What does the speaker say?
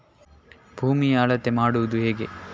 ಭೂಮಿಯ ಅಳತೆ ಮಾಡುವುದು ಹೇಗೆ?